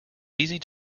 easy